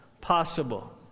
possible